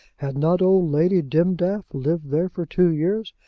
had not old lady dimdaff lived there for two years,